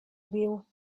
wheel